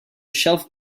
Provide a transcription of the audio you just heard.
shelf